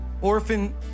orphan